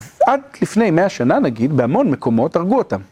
עד לפני 100 שנה, נגיד, בהמון מקומות הרגו אותם.